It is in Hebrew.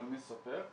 סופר.